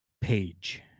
Page